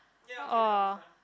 or